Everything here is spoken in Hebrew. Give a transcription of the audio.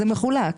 זה מחולק.